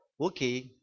Okay